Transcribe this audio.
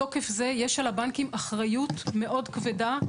מתוקף זה יש על הבנקים אחריות מאוד כבדה,